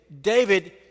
David